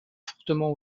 fortement